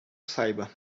saiba